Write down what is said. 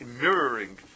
mirroring